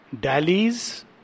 dallies